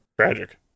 Tragic